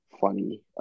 funny